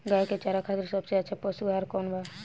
गाय के चारा खातिर सबसे अच्छा पशु आहार कौन बा?